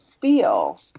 feel